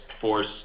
force